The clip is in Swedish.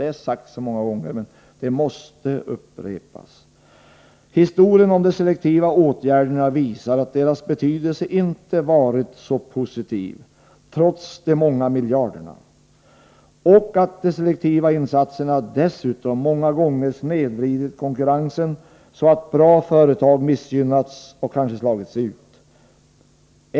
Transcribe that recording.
Det är sagt många gånger, men det måste upprepas. Historien om de selektiva åtgärderna visar att deras betydelse inte varit så positiv trots de många miljarderna och att de selektiva insatserna dessutom många gånger snedvridit konkurrensen så att bra företag missgynnats och kanske slagits ut.